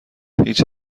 هیچ